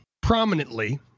prominently